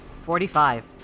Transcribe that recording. Forty-five